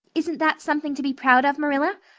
isn't that something to be proud of, marilla?